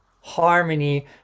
harmony